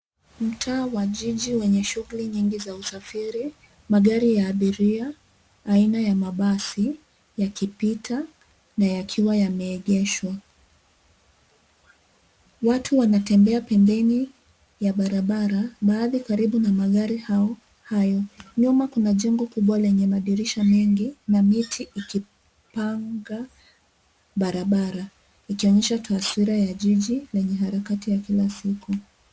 Mtaa wa jiji lenye shughuli nyingi za usafiri magari ya abiria, aina ya mabasi yakipita na yakiwa yameegeshwa. Watu wanatembea pembeni ya barabara baadhi karibu na magari hayo. Nyuma kuna jengo kubwa lenye madirisha mengi na miti ikipanga barabara. Ikionyesha taswira ya jiji lenye harakati ya kila siku .